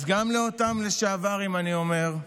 אז גם לאותם לשעברים אני אומר: